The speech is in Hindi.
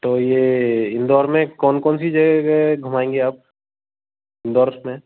तो ये इंदौर में कौन कौनसी जगह घुमाएंगे आप इंदौर में